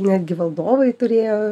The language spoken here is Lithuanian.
netgi valdovai turėjo